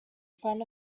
front